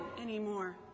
anymore